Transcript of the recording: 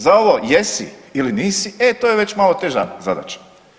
Za ovo jesi ili nisi, e to je već malo teža zadaća.